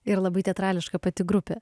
ir labai teatrališka pati grupė